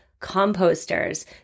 composters